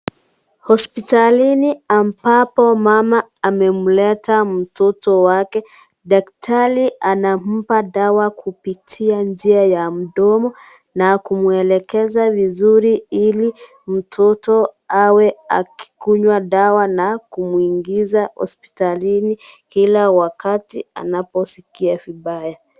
Hospitalini ambapo mama amemleta mtoto wake. Daktari anampa dawa kupitia njia ya mdomo na kumwelekeza vizuri ili mtoto awe akikunywa dawa na kumuingiza hospitalini kila wakati anaposikia vibaya.